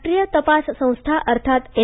राष्ट्रीय तपास संस्था अर्थात एन